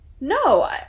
No